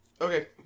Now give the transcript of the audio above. Okay